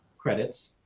credits.